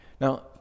Now